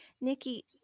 Nikki